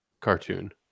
cartoon